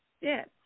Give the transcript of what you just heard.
yes